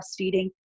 breastfeeding